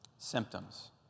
symptoms